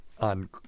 on